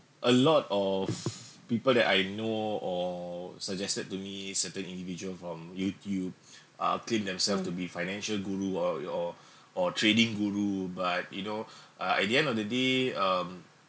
a lot of people that I know or suggested to me certain individual from youtube uh claim themself to be financial guru or or or trading guru but you know uh at the end of the day um